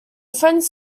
friends